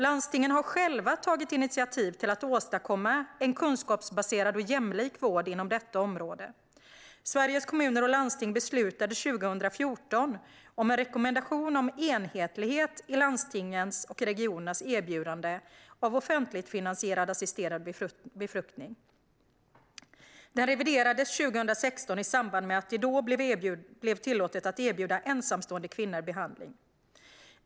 Landstingen har själva tagit initiativ till att åstadkomma en kunskapsbaserad och jämlik vård inom detta område. Sveriges Kommuner och Landsting beslutade 2014 om en rekommendation om enhetlighet i landstingens och regionernas erbjudande av offentligt finansierad assisterad befruktning. Den reviderades 2016 i samband med att det då blev tillåtet att erbjuda ensamstående kvinnor behandling.